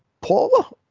Paula